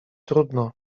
trudno